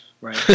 Right